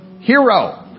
hero